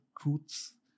truths